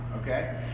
Okay